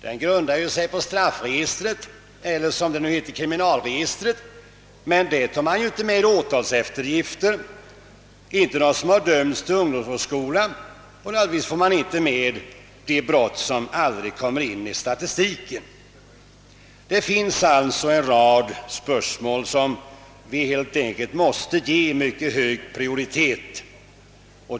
Den grundar sig på straffregistret, eller som det nu heter, kriminalregistret, men där tar man inte med åtalseftergifter och inte dem som dömts till ungdomsvårdsskola. Naturligtvis får man inte heller med i statistiken, de brott som aldrig beivras eller inte blir kända. Det finns alltså en rad spörsmål som vi helt enkelt måste ge mycket hög prioritet.